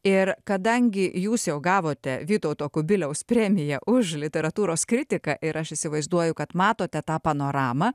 ir kadangi jūs jau gavote vytauto kubiliaus premiją už literatūros kritiką ir aš įsivaizduoju kad matote tą panoramą